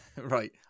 Right